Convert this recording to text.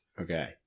Okay